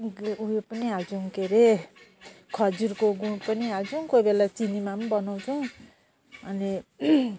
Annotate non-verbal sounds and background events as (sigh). (unintelligible) उयो पनि हाल्छौँ के अरे खजुरको गुड पनि हाल्छौँ कोही बेला चिनीमा पनि बनाउँछौँ अनि